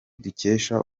dukesha